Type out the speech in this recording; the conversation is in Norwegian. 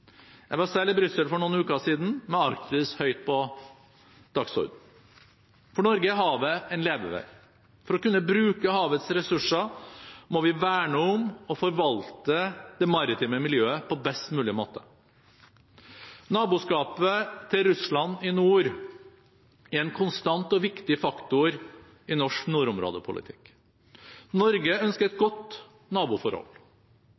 Jeg var selv i Brussel for noen uker siden, med Arktis høyt på dagsordenen. For Norge er havet en levevei. For å kunne bruke havets ressurser må vi verne om og forvalte det marine miljøet på best mulig måte. Naboskapet til Russland i nord er en konstant og viktig faktor i norsk nordområdepolitikk. Norge ønsker et